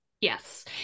Yes